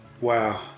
wow